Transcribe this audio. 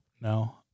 No